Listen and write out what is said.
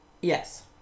Yes